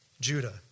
Judah